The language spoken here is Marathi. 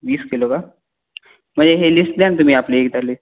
वीस किलो का म्हणजे हे लिस्ट द्या ना तुम्ही आपल्या इथले